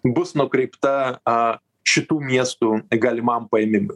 bus nukreipta a šitų miestų galimam paėmimui